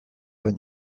baino